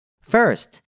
First